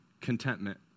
contentment